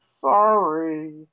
Sorry